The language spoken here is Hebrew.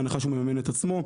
בהנחה שהוא מממן את עצמו.